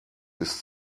ist